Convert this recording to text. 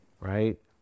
right